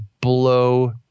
blow